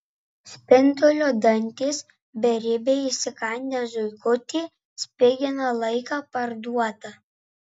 spindulio dantys beribiai įsikandę zuikutį spigina laiką parduotą